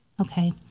Okay